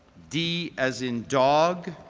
d as in dog,